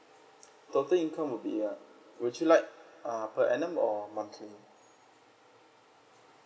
total income would be uh would you like uh per annum or monthly